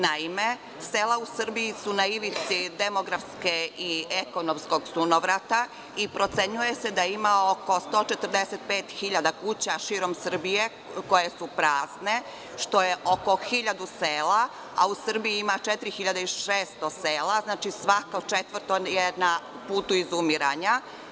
Naime, sela u Srbiji su na ivici demografskog i ekonomskog sunovrata i procenjuje se da ima oko 145.000 kuća širom Srbije koje su prazne, što je oko 1.000 sela, a u Srbiji ima 4.600 sela, znači svako četvrto je na putu izumiranja.